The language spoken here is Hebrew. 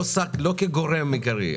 לא כגורם עיקרי.